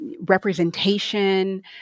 representation